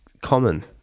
common